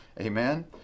Amen